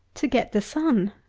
to get the sun?